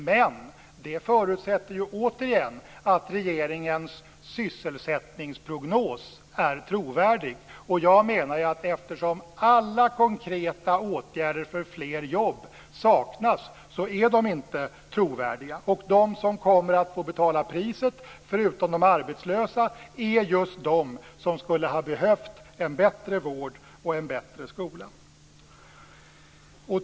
Men det förutsätter återigen att regeringens syssesättningsprognos är trovärdig. Eftersom alla konkreta åtgärder för fler jobb saknas är den inte trovärdig. De som kommer att få betala priset - förutom de arbetslösa - är just de som skulle ha behövt en bättre vård och en bättre skola.